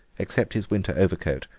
except his winter overcoat,